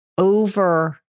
Over